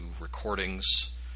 recordings